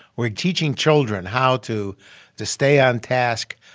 we're teaching children how to to stay on task,